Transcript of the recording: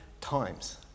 times